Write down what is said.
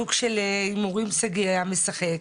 סוג של הימורים שגיא היה משחק.